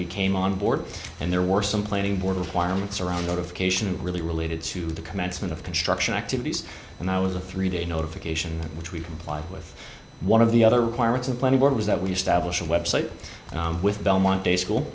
we came on board and there were some planning board requirements around notification and really related to the commencement of construction activities and i was the three day notification which we complied with one of the other requirements in plenty more was that we establish a web site with belmont day school